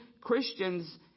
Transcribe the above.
Christians